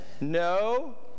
no